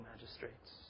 magistrates